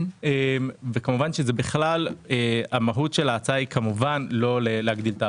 וכמובן שמהות ההצעה היא בכלל לא להגדיל תעריפים.